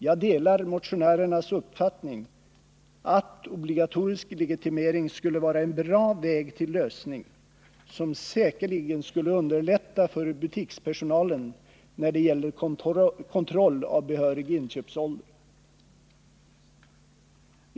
Jag delar motionärernas uppfattning att obligatorisk legitimering skulle vara en bra väg till lösning, som säkerligen skulle underlätta för butikspersonalen när det gäller kontroll av behörig inköpsålder.